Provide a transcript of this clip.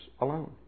alone